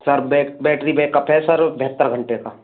sir back battery backup है sir बहत्तर घंटे का